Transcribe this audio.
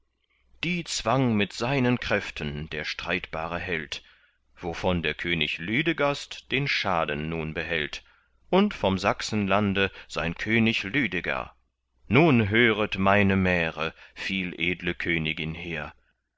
die zwang mit seinen kräften der streitbare held wovon der könig lüdegast den schaden nun behält und vom sachsenlande sein bruder lüdeger nun hört meine märe viel edle königin hehr